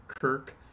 Kirk